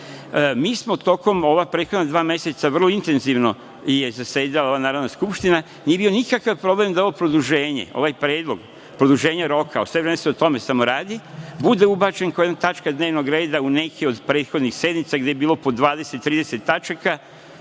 time, tokom ova prethodna dva meseca vrlo intenzivno je zasedala ova Narodna skupština, nije bio nikakav problem da ovo produženje, ovaj predlog produženja roka, sve vreme se o tome samo radi, bude ubačen kao jedna tačka dnevnog reda u neki od prethodnih sednica gde je bilo po 20, 30 tačaka.